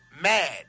mad